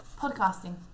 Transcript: Podcasting